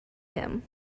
him